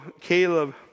Caleb